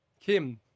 Kim